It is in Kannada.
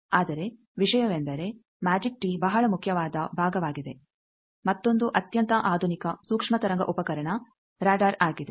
ಆದರೆ ವಿಷಯವೆಂದರೆ ಮ್ಯಾಜಿಕ್ ಟೀ ಬಹಳ ಮುಖ್ಯವಾದ ಭಾಗವಾಗಿದೆ ಮತ್ತೊಂದು ಅತ್ಯಂತ ಆಧುನಿಕ ಸೂಕ್ಷ್ಮ ತರಂಗ ಉಪಕರಣ ರಾಡರ್ ಆಗಿದೆ